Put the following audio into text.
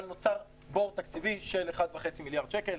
אבל נוצר בור תקציבי של 1.5 מיליארד שקל.